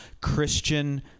Christian